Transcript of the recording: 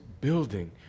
building